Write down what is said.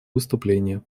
выступление